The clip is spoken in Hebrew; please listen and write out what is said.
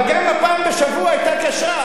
אבל גם הפעם בשבוע היתה קשה.